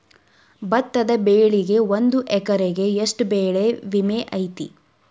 ಭತ್ತದ ಬೆಳಿಗೆ ಒಂದು ಎಕರೆಗೆ ಎಷ್ಟ ಬೆಳೆ ವಿಮೆ ಐತಿ?